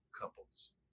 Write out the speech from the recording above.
couples